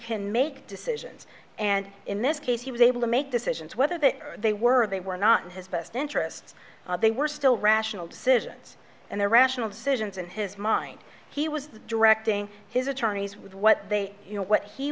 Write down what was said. can make decisions and in this case he was able to make decisions whether that they were they were not in his best interests they were still rational decisions and the rational decisions in his mind he was directing his attorneys with what they